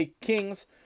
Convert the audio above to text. Kings